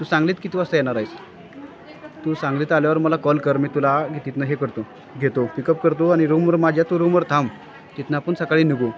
तू सांगलीत किती वाजता येणार आहेस तू सांगलीत आल्यावर मला कॉल कर मी तुला तिथनं हे करतो घेतो पिकअप करतो आणि रूमवर माझ्या तू रूमवर थांब तिथनं आपण सकाळी निघू